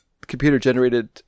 computer-generated